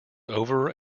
over